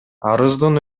арыздын